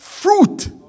Fruit